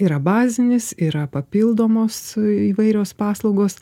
yra bazinis yra papildomos įvairios paslaugos